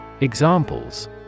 Examples